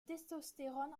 testostérone